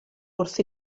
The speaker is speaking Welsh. wrth